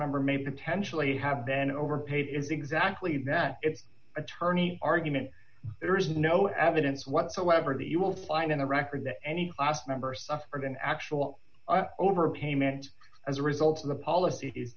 member may potentially have been overpaid is exactly that attorney argument there is no evidence whatsoever that you will find in a record that any member suffered an actual overpayment as a result of the policies